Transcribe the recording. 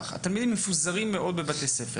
בשטח מפוזרים מאוד בבתי הספר.